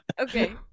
okay